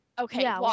Okay